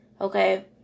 okay